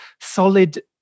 solid